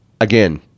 again